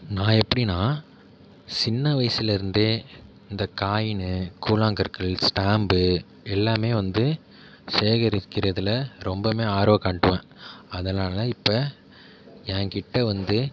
நான் எப்படினா சின்ன வயசுலேருந்தே இந்த காயினு கூழாங்கற்கள் ஸ்டாம்பு எல்லாமே வந்து சேகரிக்கிறதில் ரொம்பமே ஆர்வம் காட்டுவேன் அதனால் இப்போ என்கிட்ட வந்து